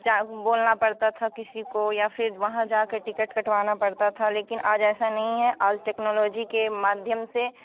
बोलना पड़ता था किसी को फिर वहाँ जाकर टिकट कटवाना पड़ता था लेकिन आज ऐसा नहीं है आज टेक्नोलॉजी के माध्यम से